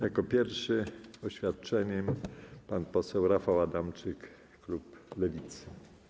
Jako pierwszy oświadczenie wygłosi pan poseł Rafał Adamczyk, klub Lewicy.